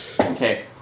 Okay